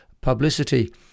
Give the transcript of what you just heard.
publicity